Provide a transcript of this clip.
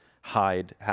hide